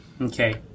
Okay